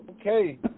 Okay